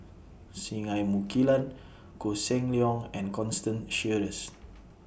Singai Mukilan Koh Seng Leong and Constance Sheares